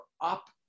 up